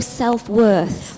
self-worth